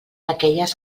aquelles